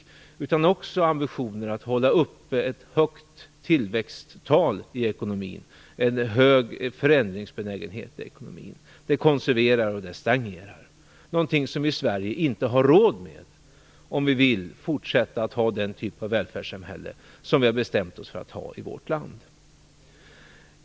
Vi har också gett upp ambitionen att hålla ett högt tillväxttal och en hög förändringsbenägenhet i ekonomin. Det skulle konservera och leda till stagnation. Det är något som vi inte har råd med om vi vill fortsätta att ha den typ av välfärdssamhälle vi har bestämt oss för i vårt land.